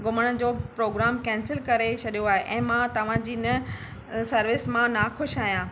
घुमण जो programme cancel करे छॾियो आहे ऐं मां तव्हांजी हिन सर्विस मां नाख़ुशि आहियां